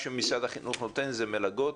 מה שמשרד החינוך נותן זה מלגות.